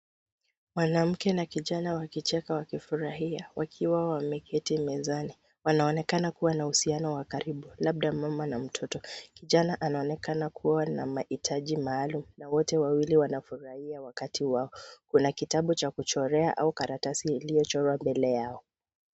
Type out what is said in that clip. Mwanamke na kijana wakicheka wakifurahia wakiwa wameketi mezani. Wanaonekana kuwa na uhusiano wa karibu, labda mama na mtoto. Kijana anaonekana kuwa na mahitaji maalum na wote wawili wanafurahia wakati wao. Kuna kitabu cha kuchorea au karatasi iliyochorwa mbele yao.